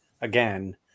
again